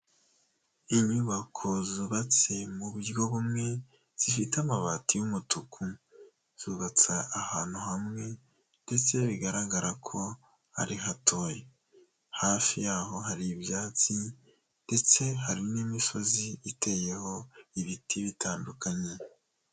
Inyubako zubatse muburyo bumwe, zifite amabati y'umutuku, zubatse ahantu hamwe ndetse bigaragara ko ari hatoya, hafi y'aho hari ibyatsi ndetse hari n'imisozi iteyeho ibiti bitandukanye.